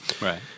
Right